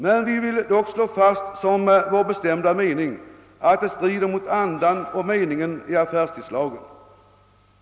Men vi vill dock slå fast som vår bestämda mening att det strider mot andan och meningen i affärstidslagen.